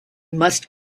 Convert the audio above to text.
must